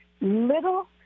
little